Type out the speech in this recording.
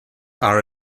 are